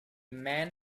men